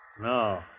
No